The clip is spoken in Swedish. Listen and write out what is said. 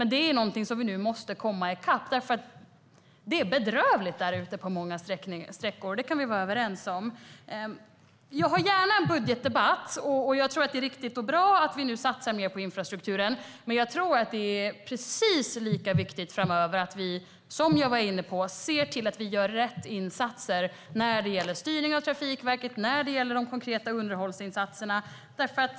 Det är någonting som vi nu måste komma i kapp med eftersom det är bedrövligt där ute på många sträckor. Det kan vi vara överens om. Jag för gärna en budgetdebatt, och jag tror att det är riktigt och bra att vi nu satsar mer på infrastrukturen. Men jag tror att det är precis lika viktigt att vi framöver, som jag var inne på, ser till att vi gör rätt insatser när det gäller styrning av Trafikverket och de konkreta underhållsinsatserna.